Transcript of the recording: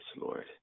Lord